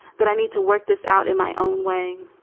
that i need to work this out in my own way.